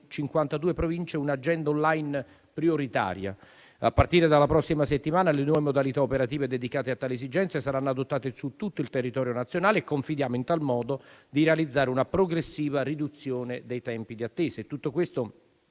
52 Province un'agenda *online* prioritaria. A partire dalla prossima settimana, le nuove modalità operative dedicate a tali esigenze saranno adottate su tutto il territorio nazionale e confidiamo in tal modo di realizzare una progressiva riduzione dei tempi di attesa.